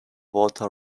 water